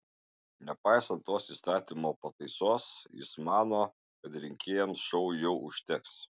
nepaisant tos įstatymo pataisos jis mano kad rinkėjams šou jau užteks